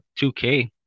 2k